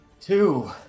Two